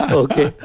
okay?